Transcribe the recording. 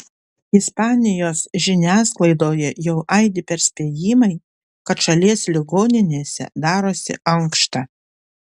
ispanijos žiniasklaidoje jau aidi perspėjimai kad šalies ligoninėse darosi ankšta